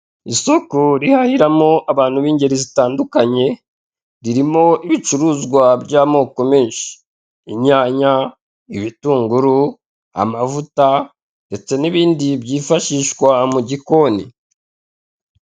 Isoko rihahiramo abantu b'ingeri zitandukanye ririmo ibicuruzwa by'amoko menshi inyanya, ibitunguru, amavuta ndetse n'ibindi byifashishwa mu gikoni.